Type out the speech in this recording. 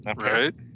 Right